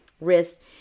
wrist